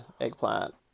eggplant